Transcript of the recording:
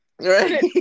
Right